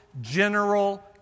general